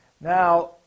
Now